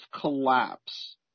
collapse –